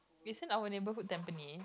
is it our neighborhood Tampines